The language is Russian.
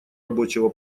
рабочего